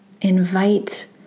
invite